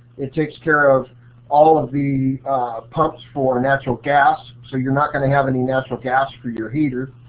it takes care of all of the pumps for natural gas, so you're not going to have any natural gas for your heater.